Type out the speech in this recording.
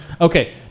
Okay